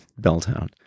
Belltown